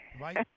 Right